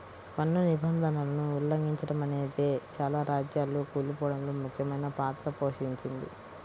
పన్ను నిబంధనలను ఉల్లంఘిచడమనేదే చాలా రాజ్యాలు కూలిపోడంలో ముఖ్యమైన పాత్ర పోషించింది